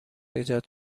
ایجاد